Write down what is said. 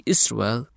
Israel